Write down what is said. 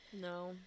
No